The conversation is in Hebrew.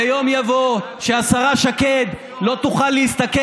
יום יבוא והשרה שקד לא תוכל להסתכל